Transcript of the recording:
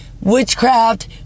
witchcraft